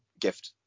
gift